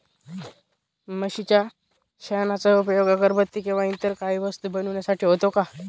म्हशीच्या शेणाचा उपयोग अगरबत्ती किंवा इतर काही वस्तू बनविण्यासाठी होतो का?